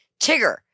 Tigger